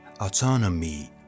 autonomy